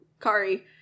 Kari